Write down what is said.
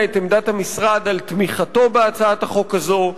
את עמדת המשרד על תמיכתו בהצעת החוק הזאת,